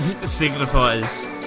signifies